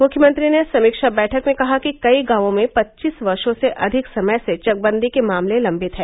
मुख्यमंत्री ने समीक्षा बैठक में कहा कि कई गांवों में पच्चीस वर्षों से अधिक समय से चकबंदी के मामले लंबित हैं